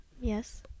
yes